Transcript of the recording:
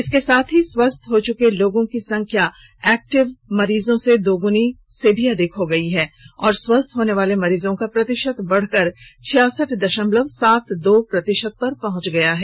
इसके साथ ही स्वस्थ हो चुके लोगों की संख्या एक्टिव मरीजों से दोगुनी से भी अधिक हो गयी है और स्वस्थ होने वाले मरीजों का प्रतिशत बढ़कर छियासठ दशमलव सात दो प्रतिशत पहुंच गया है